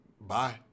bye